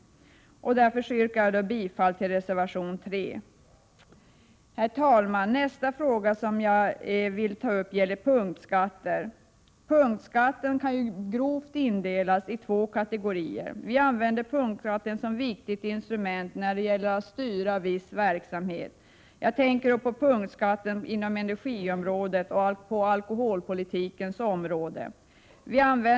Därför yrkar jag bifall till reservation 3. Herr talman! Nästa fråga som jag vill ta upp gäller punktskatter. Punktskatten kan grovt indelas i två kategorier. Den används som ett viktigt instrument för att styra viss verksamhet. Jag tänker på punktskatten inom energiområdet och på alkoholpolitikens område.